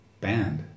banned